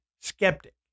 skeptic